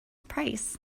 price